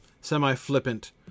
semi-flippant